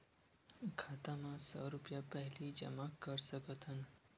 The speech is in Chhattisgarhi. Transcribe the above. खाता मा सौ रुपिया पहिली जमा कर सकथन?